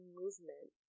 movement